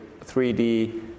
3D